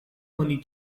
oni